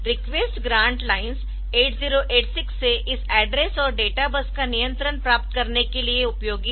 request grant lines 8086 से इस address और डेटा बस का नियंत्रण प्राप्त करने के लिए उपयोगी है